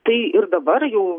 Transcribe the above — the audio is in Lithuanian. tai ir dabar jau